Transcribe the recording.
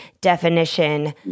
definition